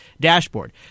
dashboard